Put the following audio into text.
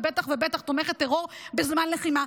ובטח ובטח תומכת טרור בזמן לחימה.